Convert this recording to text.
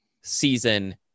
season